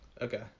okay